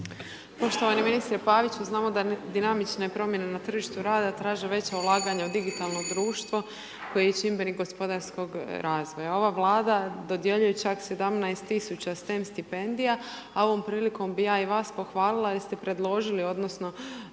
Poštovani ministre Paviću znamo da dinamične promjene na tržištu rada traže veća ulaganja u digitalno društvo koje je čimbenik gospodarskog razvoja. Ova Vlada dodjeljuje čak 17 tisuća STEM stipendija. A ovom prilikom bih ja i vas pohvalila jer ste predložili, odnosno